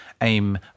aim